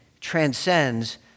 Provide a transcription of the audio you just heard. transcends